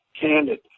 candid